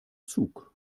zug